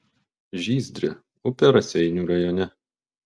žyzdrė upė raseinių rajone